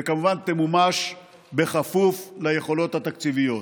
וכמובן תמומש בכפוף ליכולות התקציביות.